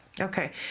Okay